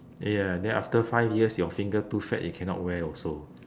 ya ya then after five years your finger too fat you cannot wear also